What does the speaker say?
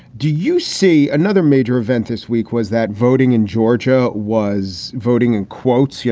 do you see another major event this week was that voting in georgia was voting in quotes, you